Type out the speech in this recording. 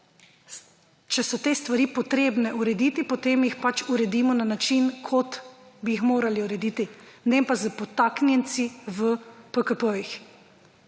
Če so te stvari potrebne urediti, potem jih pač uredimo na način, kot bi jih morali urediti, ne pa s podtaknjenci v PKP.